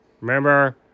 remember